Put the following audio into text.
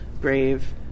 brave